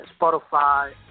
Spotify